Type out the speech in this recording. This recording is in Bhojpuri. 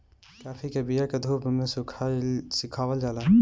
काफी के बिया के धूप में सुखावल जाला